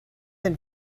been